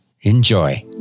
Enjoy